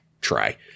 try